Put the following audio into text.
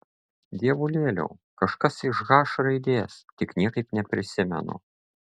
dievulėliau kažkas iš h raidės tik niekaip neprisimenu